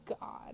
god